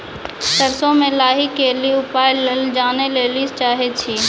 सरसों मे लाही के ली उपाय जाने लैली चाहे छी?